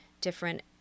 different